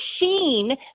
machine